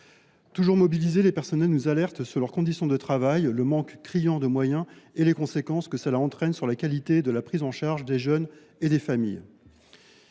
Toujours mobilisés, les agents nous alertent sur leurs conditions de travail, le manque criant de moyens et les conséquences que cela entraîne sur la qualité de la prise en charge des jeunes et des familles.